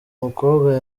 mukobwa